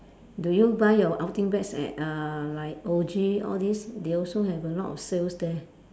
do you buy your outing bags at uh like O_G all this they also have a lot of sales there